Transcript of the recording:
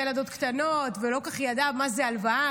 ילדות קטנות ולא כל כך ידעה על הלוואה,